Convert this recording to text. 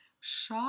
SH